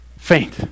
Faint